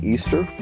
Easter